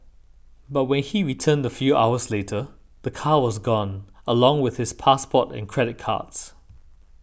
but when he returned a few hours later the car was gone along with his passport and credit cards